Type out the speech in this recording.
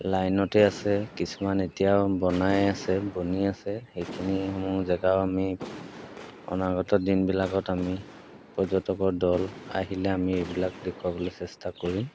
লাইনতে আছে কিছুমান এতিয়া বনাই আছে বনি আছে সেইখিনিসমূহ জেগাও আমি অনাগত দিনবিলাকত আমি পৰ্যটকৰ দল আহিলে আমি এইবিলাক দেখুৱাবলৈ চেষ্টা কৰিম